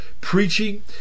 preaching